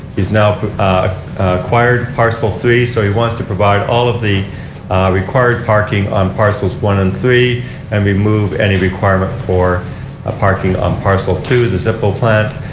he's now acquired parcel three. so he wants to provide all the required parking on parcel one and three and remove any requirement for ah parking on parcel two. the zippo plant.